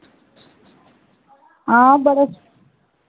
हां बड़ा